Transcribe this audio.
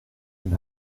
een